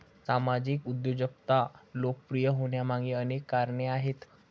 सामाजिक उद्योजकता लोकप्रिय होण्यामागे अनेक कारणे आहेत